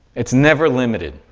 it's never limited.